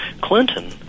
Clinton